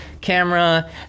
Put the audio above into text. camera